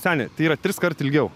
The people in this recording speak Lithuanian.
seni tai yra triskart ilgiau